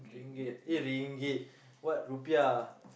ringgit eh ringgit what rupiah